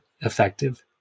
effective